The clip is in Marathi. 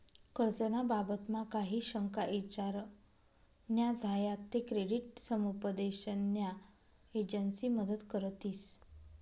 कर्ज ना बाबतमा काही शंका ईचार न्या झायात ते क्रेडिट समुपदेशन न्या एजंसी मदत करतीस